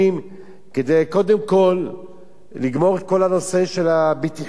כדי קודם כול לגמור את כל הנושא של הבטיחות מסביב,